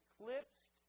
eclipsed